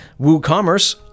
WooCommerce